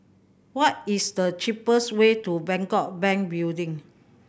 what is the cheapest way to Bangkok Bank Building